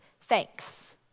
thanks